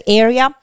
area